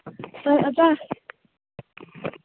ꯁꯥꯔ ꯑꯣꯖꯥ